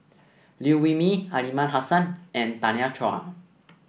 Liew Wee Mee Aliman Hassan and Tanya Chua